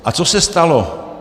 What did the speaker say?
A co se stalo?